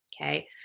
okay